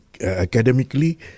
academically